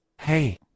Hey